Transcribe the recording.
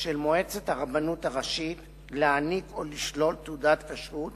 ושל מועצת הרבנות הראשית להעניק או לשלול תעודת כשרות